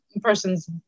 person's